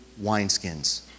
wineskins